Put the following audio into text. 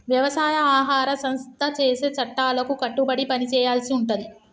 వ్యవసాయ ఆహార సంస్థ చేసే చట్టాలకు కట్టుబడి పని చేయాల్సి ఉంటది